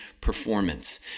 performance